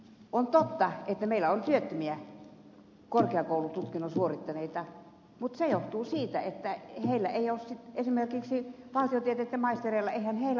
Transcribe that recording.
on totta että meillä on työttömiä korkeakoulututkinnon suorittaneita mutta se johtuu siitä että eihän esimerkiksi valtiotieteitten maistereilla ole sitä ammattia mihin he menevät